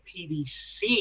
PDC